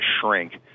shrink